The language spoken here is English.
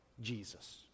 Jesus